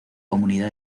comunidad